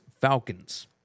Falcons